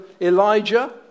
Elijah